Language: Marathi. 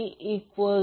87° मिलीअँपिअर असेल